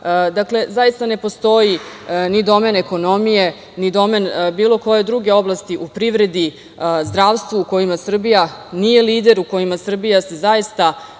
Dakle, zaista ne postoji ni domen ekonomije, ni domen bilo koje druge oblasti u privredi, zdravstvu u kojima Srbija nije lider, u kojima se Srbija zaista